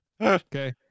Okay